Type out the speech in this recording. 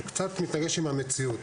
שמתנגש קצת עם המציאות.